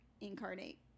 incarnate